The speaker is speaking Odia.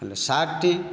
ହେଲେ ସାର୍ଟ ଟି